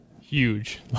Huge